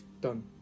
Done